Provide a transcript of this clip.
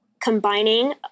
combining